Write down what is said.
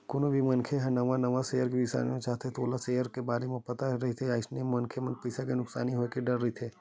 कोनो भी मनखे ह नवा नवा सेयर बिसाना चाहथे त ओला सेयर के बारे म पता नइ राहय अइसन मनखे ल पइसा के नुकसानी होय के डर रहिथे